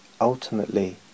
ultimately